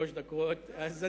דקות.